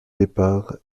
départ